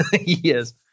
Yes